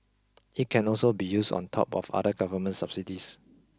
it can also be used on top of other government subsidies